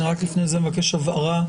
אני רק לפני זה מבקש הבהרה.